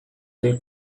they